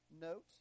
note